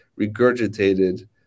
regurgitated